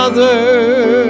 Mother